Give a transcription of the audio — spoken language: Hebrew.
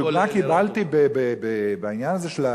דוגמה קיבלתי בעניין הזה של,